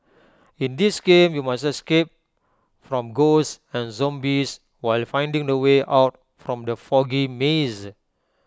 in this game you must escape from ghosts and zombies while finding the way out from the foggy maze